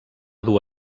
dur